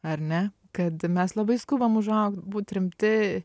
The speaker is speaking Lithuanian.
ar ne kad mes labai skubam užaugt būt rimti